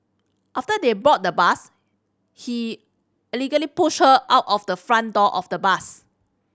after they boarded the bus he allegedly pushed her out of the front door of the bus